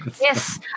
Yes